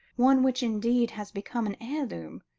one which indeed has become an heirloom,